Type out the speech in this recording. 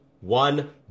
one